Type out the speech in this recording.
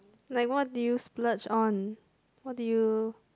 like what do you splurge on what do you